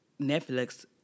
Netflix